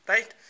Right